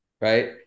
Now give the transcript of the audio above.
Right